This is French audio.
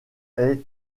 est